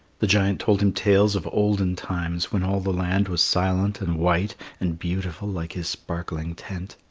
the giant told him tales of olden times when all the land was silent and white and beautiful like his sparkling tent.